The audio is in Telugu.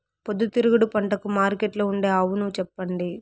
పొద్దుతిరుగుడు పంటకు మార్కెట్లో ఉండే అవును చెప్పండి?